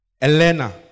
Elena